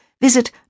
visit